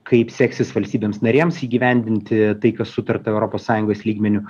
kaip seksis valstybėms narėms įgyvendinti tai kas sutarta europos sąjungos lygmeniu